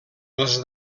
els